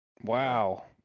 Wow